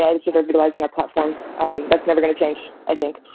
and sort of utilizing our platforms. um that's never gonna change, i think.